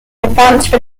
advance